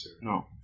no